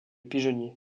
pigeonnier